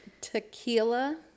tequila